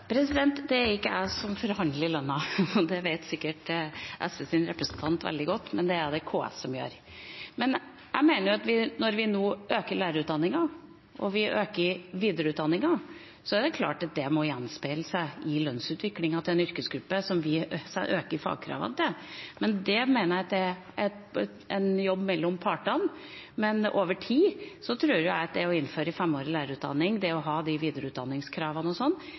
Det er ikke jeg som forhandler lønna, og det vet sikkert SVs representant veldig godt, men det er det KS som gjør. Jeg mener at når vi nå øker lærerutdanningen, og vi øker videreutdanningen, er det klart at det må gjenspeiles i lønnsutviklingen til en yrkesgruppe som vi øker fagkravene til, men det mener jeg er en jobb mellom partene. Men jeg tror at det å innføre femårig lærerutdanning, det å ha de videreutdanningskravene etc., over tid også må gjenspeiles i hvordan en betaler. Vi går da videre til neste hovedspørsmål. Mitt spørsmål går også til kunnskapsministeren. Samarbeidet mellom staten og